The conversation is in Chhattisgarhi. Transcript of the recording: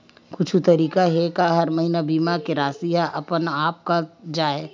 कुछु तरीका हे का कि हर महीना बीमा के राशि हा अपन आप कत जाय?